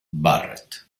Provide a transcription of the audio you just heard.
barrett